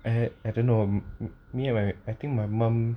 I had I don't know me and my I think my mum